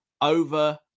over